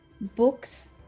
books